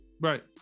right